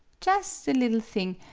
jus' a liddle thing,